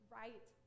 right